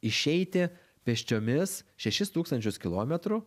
išeiti pėsčiomis šešis tūkstančius kilometrų